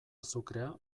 azukrea